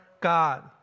God